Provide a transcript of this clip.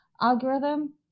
algorithm